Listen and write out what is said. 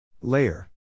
Layer